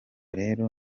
rero